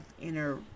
inner